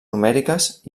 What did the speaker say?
numèriques